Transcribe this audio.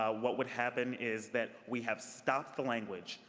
ah what would happen is that we have stopped the language.